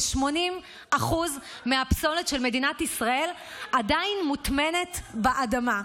כ-80% מהפסולת של מדינת ישראל עדיין מוטמנים באדמה,